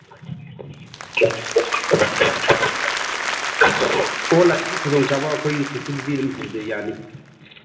ꯑꯣꯟꯂꯥꯏꯟꯒꯤ ꯈꯨꯗꯣꯡꯆꯥꯕ ꯑꯩꯈꯣꯏ ꯐꯦꯁꯤꯂꯤꯇꯤ ꯑꯗꯨꯝ ꯊꯝꯖꯩ ꯌꯥꯅꯤ